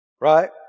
Right